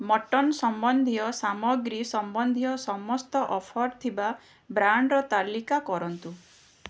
mutton ସମ୍ବନ୍ଧୀୟ ସାମଗ୍ରୀ ସମ୍ବନ୍ଧୀୟ ସମସ୍ତ ଅଫର୍ ଥିବା ବ୍ରାଣ୍ଡ୍ର ତାଲିକା କରନ୍ତୁ